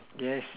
yes